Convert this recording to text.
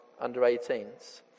under-18s